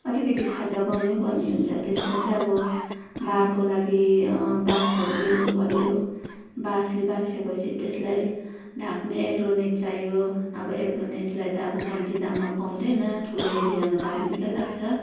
अलिकिति खर्च गर्नै पर्ने हुन्छ त्यसमा चाहिँ अब बारको लागि बाँसहरू ल्याउनु पऱ्यो बाँसले बारिसकेपछि त्यसलाई ढाक्ने एग्रोनेट चाहियो अब एग्रेनेटलाई त अब कम्ती दाममा पाउँदैन ठुलो एरियामा त अब निकै लाग्छ